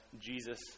Jesus